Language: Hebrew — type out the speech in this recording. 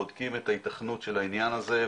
בודקים את הייתכנות של העניין הזה,